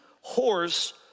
horse